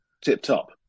tip-top